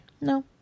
No